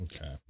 Okay